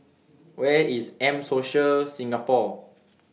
Where IS M Social Singapore